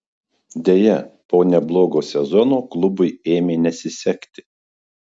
deja po neblogo sezono klubui ėmė nesisekti